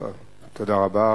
תודה רבה.